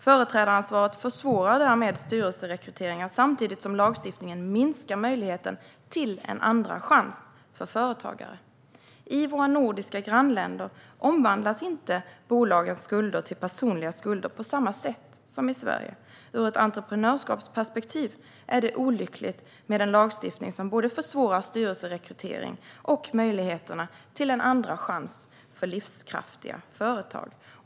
- Företrädaransvaret försvårar därmed styrelserekryteringar samtidigt som lagstiftningen minskar möjligheten till en andra chans för företagare. - I våra nordiska grannländer omvandlas inte bolagets skulder till personliga skulder på samma sätt som i Sverige. - Ur ett entreprenörsskapsperspektiv är det olyckligt med en lagstiftning som både försvårar styrelserekrytering och möjligheterna till en andra chans för livskraftiga företag."